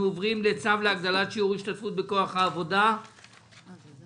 הישיבה ננעלה בשעה 10:32.